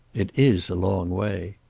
it is a long way.